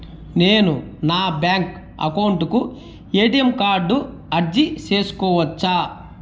నేను నా bank account కు ఎ.టి.ఎం కార్డు అర్జీ సేసుకోవచ్చా?